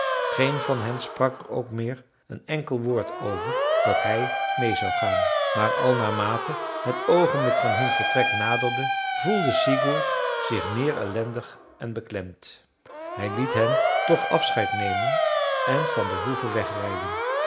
geen van hen sprak er ook meer een enkel woord over dat hij meê zou gaan maar al naarmate het oogenblik van hun vertrek naderde voelde sigurd zich meer ellendig en beklemd hij liet hen toch afscheid nemen en van de hoeve wegrijden